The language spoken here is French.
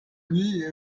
lit